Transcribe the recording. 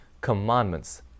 commandments